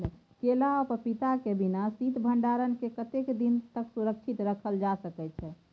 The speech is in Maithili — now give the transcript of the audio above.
केला आ पपीता के बिना शीत भंडारण के कतेक दिन तक सुरक्षित रखल जा सकै छै?